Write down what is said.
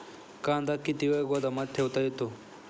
कांदा किती वेळ गोदामात ठेवता येतो?